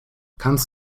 kannst